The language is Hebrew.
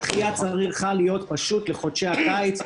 הדחייה צריכה להיות פשוט לחודשי הקיץ.